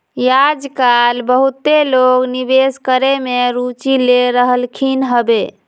याजकाल बहुते लोग निवेश करेमे में रुचि ले रहलखिन्ह हबे